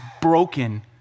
broken